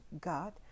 God